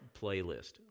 playlist